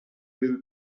will